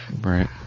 Right